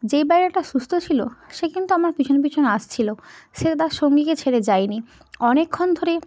যেই পায়রাটা সুস্থ ছিলো সে কিন্তু আমার পিছন পিছন আসছিলো সে তার সঙ্গীকে ছেড়ে যায় নি অনেকক্ষণ ধরে